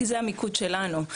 כי זה המיקוד שלנו.